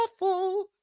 awful